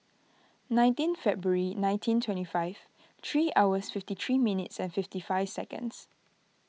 nineteen February nineteen twenty five three hours fifty three minutes and fifty five seconds